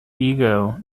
ego